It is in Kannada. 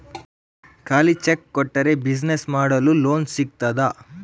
ಖಾಲಿ ಚೆಕ್ ಕೊಟ್ರೆ ಬಿಸಿನೆಸ್ ಮಾಡಲು ಲೋನ್ ಸಿಗ್ತದಾ?